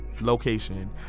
location